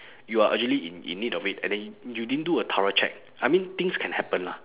you are urgently in in need of it and then you didn't do a thorough check I mean things can happen lah